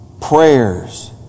prayers